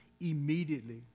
Immediately